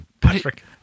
Patrick